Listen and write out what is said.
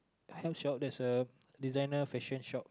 hair shop there's a designer fashion shop